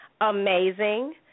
amazing